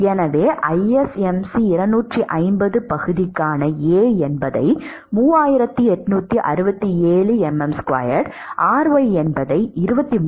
எனவே ISMC 250 பகுதிக்கான A 3867 mm2 ry என்பது 23